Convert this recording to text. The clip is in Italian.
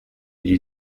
gli